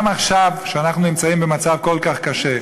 גם עכשיו, כשאנחנו נמצאים במצב כל כך קשה,